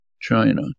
China